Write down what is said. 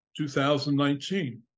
2019